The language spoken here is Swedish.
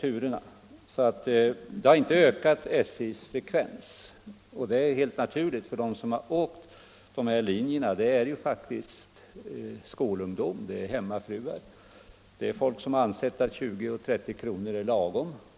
SJ:s resandefrekvens har alltså inte ökat genom beslutet. Det är helt naturligt, för de som åkt på de här linjerna har varit skolungdom, hemmafruar, folk som ansett att 20 och 30 kr. är lagom.